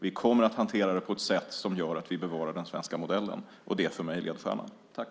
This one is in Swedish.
Vi kommer att hantera det på ett sätt som gör att vi bevarar den svenska modellen. Det är för mig ledstjärnan.